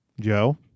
Joe